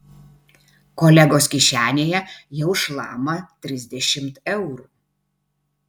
kolegos kišenėje jau šlama trisdešimt eurų